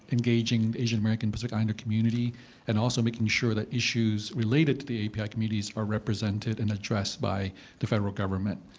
engaging the asian-american pacific islander community and also making sure that issues related to the aapi communities are represented and addressed by the federal government.